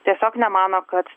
tiesiog nemano kad